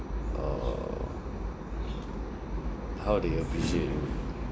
orh how they appreciate you